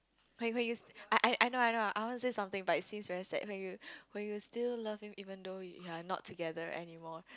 when you when you I I I know I know I want say something but it seems very sad when you when you still love him even though you are not together anymore